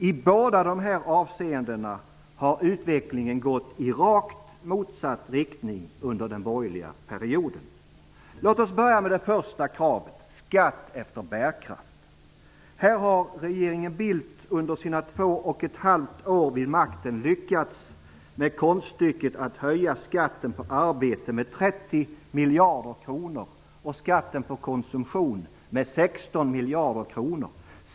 I båda dessa avseenden har utvecklingen gått i rakt motsatt riktning under den borgerliga perioden. Låt oss börja med det första kravet som är skatt efter bärkraft. Här har regeringen Bildt under sina 2,5 år vid makten lyckats med konststycket att höja skatten på arbete med 30 miljarder kronor och skatten på konsumtion med 16 miljarder kronor.